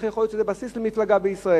איך יכול להיות שזה בסיס למפלגה בישראל.